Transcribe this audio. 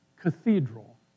Cathedral